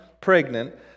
pregnant